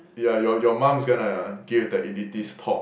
yeah your your mum's gonna give the elitist talk